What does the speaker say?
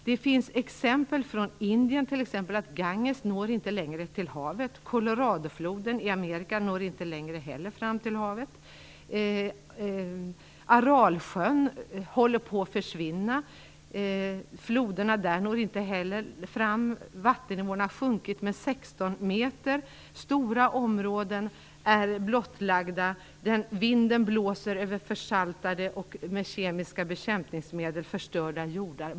Det finns exempel bl.a. från Indien, där Ganges inte längre når till havet. Coloradofloden i Amerika når inte heller längre fram till havet. Vidare håller Aralsjön på att försvinna. Floderna i det området når inte fram. Vattennivån har sjunkit med 16 meter. Stora områden är blottlagda. Vinden blåser över försaltade och med kemiska bekämpningsmedel förstörda jordar.